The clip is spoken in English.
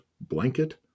blanket